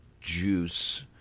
Juice